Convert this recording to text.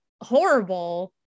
horrible